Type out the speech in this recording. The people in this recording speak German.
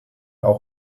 auch